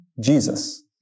Jesus